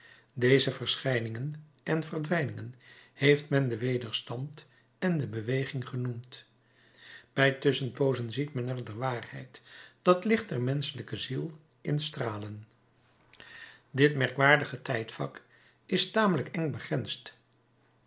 deze verschijningen en verdwijningen heeft men den wederstand en de beweging genoemd bij tusschenpoozen ziet men er de waarheid dat licht der menschelijke ziel in stralen dit merkwaardig tijdvak is tamelijk eng begrensd